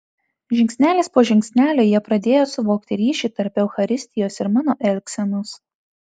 žingsnelis po žingsnelio jie pradėjo suvokti ryšį tarp eucharistijos ir mano elgsenos